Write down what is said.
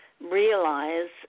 realize